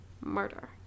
murder